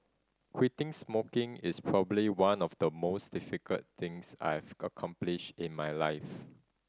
quitting smoking is probably one of the most difficult things I've accomplished in my life